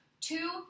Two